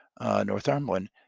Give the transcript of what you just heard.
Northumberland